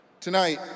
Tonight